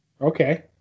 Okay